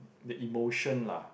the emotion lah